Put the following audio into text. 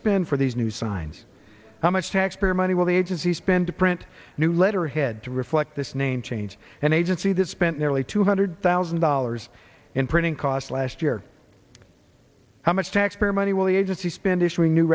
spend for these new signs how much taxpayer money will the agency spend to print new letterhead to reflect this name change an agency that spent nearly two hundred thousand dollars in printing costs last year how much taxpayer money will the agency sp